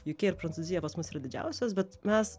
uk ir prancūzija pas mus yra didžiausios bet mes